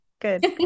Good